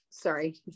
sorry